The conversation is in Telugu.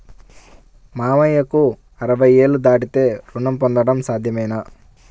మామయ్యకు అరవై ఏళ్లు దాటితే రుణం పొందడం సాధ్యమేనా?